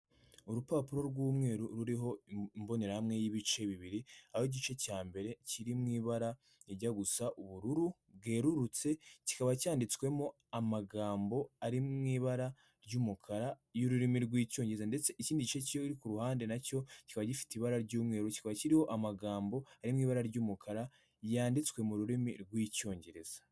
Urupapuro rw'umweru ruriho imbonerahamwe y'ibice bibiri, aho igice cya mbere kiri mu ibara rijya gusa ubururu bwerurutse, kikaba cyanditswemo amagambo ari mu ibara ry'umukara y'ururimi rw'icyongereza. Ndetse ikindi gice kiri ku ruhande na cyo kikaba gifite ibara ry'umweru, kikaba kiriho amagambo ari mu ibara ry'umukara, yanditswe mu rurimi rw'icyongereza